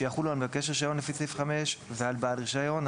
שיחולו על מבקש רישיון לפי סעיף 5 ועל בעל רישיון".